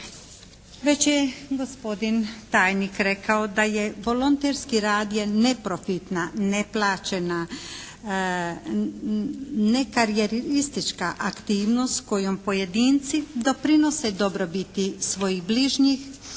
Već je gospodin tajnik rekao da je volonterski rad je neprofitna, neplaćena, nekarijeristička aktivnost kojom pojedinci doprinose dobrobiti svojih bližnjih,